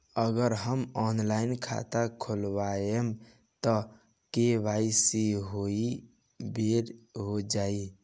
अगर हम ऑनलाइन खाता खोलबायेम त के.वाइ.सी ओहि बेर हो जाई